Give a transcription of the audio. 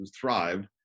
thrived